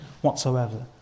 whatsoever